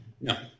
No